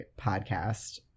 podcast